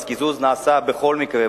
קיזוז נעשה בכל מקרה.